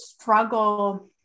struggle